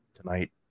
tonight